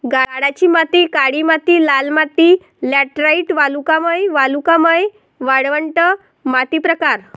गाळाची माती काळी माती लाल माती लॅटराइट वालुकामय वालुकामय वाळवंट माती प्रकार